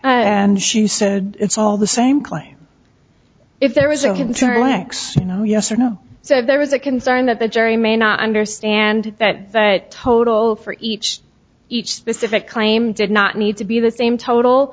and she said it's all the same claim if there was you can turn a yes or no so there was a concern that the jury may not understand that that total for each each specific claim did not need to be the same total